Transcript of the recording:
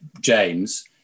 James